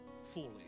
fully